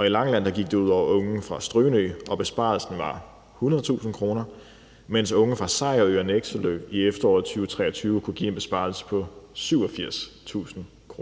I Langeland gik det ud over unge fra Strynø, og besparelsen var på 100.000 kr., mens unge fra Sejerø og Nekselø i efteråret 2023 kunne give en besparelse på 87.000 kr.